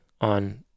on